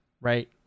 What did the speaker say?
right